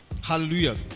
Hallelujah